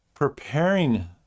preparing